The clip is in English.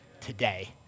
today